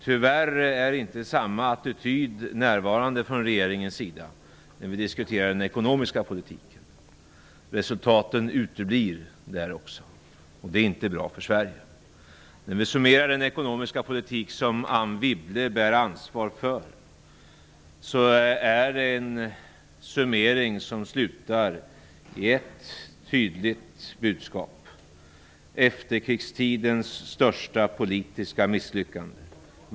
Tyvärr är inte samma attityd närvarande från regeringens sida när vi diskuterar den ekonomiska politiken. Där uteblir resultaten, och det är inte bra för Sverige. En summering av den ekonomiska politik som Anne Wibble bär ansvar för slutar i ett tydligt budskap: Man har åstadkommit efterkrigstidens största politiska misslyckande.